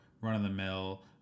run-of-the-mill